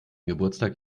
geburtstag